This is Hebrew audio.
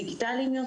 דיגיטליים,